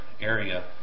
area